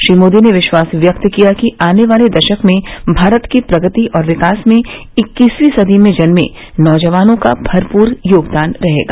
श्री मोदी ने विश्वास व्यक्त किया कि आने वाले दशक में भारत की प्रगति और विकास में इक्कीसवीं सदी में जन्मे नौजवानों का भरपूर योगदान रहेगा